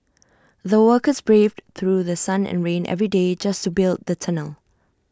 the workers braved through The Sun and rain every day just to build the tunnel